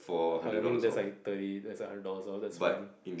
err I mean that's like thirty that's hundred dollars off that's fine